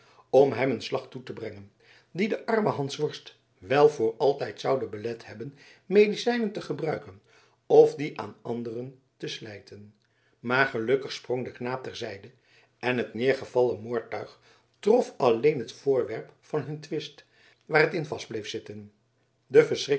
om hem een slag toe te brengen die den armen hansworst wel voor altijd zoude belet hebben medicijnen te gebruiken of die aan andeten te slijten maar gelukkig sprong de knaap ter zijde en het neergevallen moordtuig trof alleen het voorwerp van hun twist waar het in vast bleef zitten de